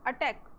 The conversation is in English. attack